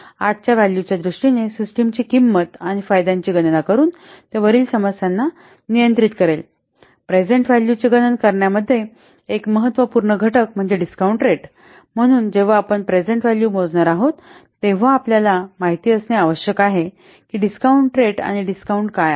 आजच्या व्हॅल्यूच्या दृष्टीने सिस्टमची किंमत आणि फायद्यांची गणना करुन ते वरील समस्या नियंत्रित करेल प्रेझेन्ट व्हॅल्यू चे गणन करण्यामध्ये एक महत्त्वपूर्ण घटक म्हणजे डिस्कॉऊंन्ट रेट म्हणून जेव्हा आपण प्रेझेन्ट व्हॅल्यू मोजणार आहोत तेव्हा आपल्याला माहित असणे आवश्यक आहे की डिस्काउंट रेट आणि डिस्काउंट काय आहे